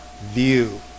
view